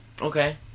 Okay